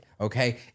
okay